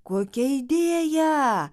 kokia idėja